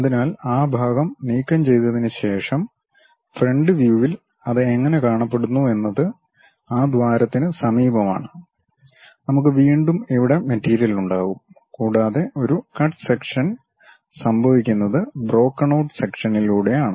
അതിനാൽ ആ ഭാഗം നീക്കം ചെയ്തതിനുശേഷം ഫ്രണ്ട് വ്യൂവിൽ അത് എങ്ങനെ കാണപ്പെടുന്നു എന്നത് ആ ദ്വാരത്തിന് സമീപമാണ് നമുക്ക് വീണ്ടും ഇവിടെ മെറ്റീരിയൽ ഉണ്ടാകും കൂടാതെ ഒരു കട്ട് സെക്ഷൻ സംഭവിക്കുന്നത് ബ്രോക്കൻ ഔട്ട് സെക്ഷനിലൂടെയാണ്